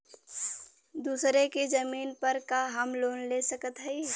दूसरे के जमीन पर का हम लोन ले सकत हई?